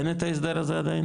אין עדיין את ההסדר ההדדי הזה?